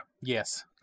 Yes